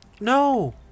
no